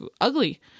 ugly